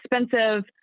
expensive